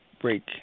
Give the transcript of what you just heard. break